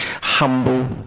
humble